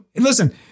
Listen